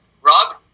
Rob